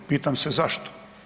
Pitam se zašto?